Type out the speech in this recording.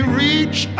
reach